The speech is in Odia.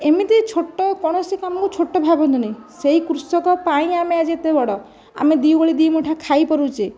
ଏମିତି ଛୋଟ କୌଣସି କାମକୁ ଛୋଟ ଭାବନ୍ତୁ ନାହିଁ ସେହି କୃଷକ ପାଇଁ ଆମେ ଆଜି ଏତେ ବଡ଼ ଆମେ ଦୁଇ ଓଳି ଦୁଇ ମୁଠା ଖାଇପାରୁଛେ